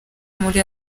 muri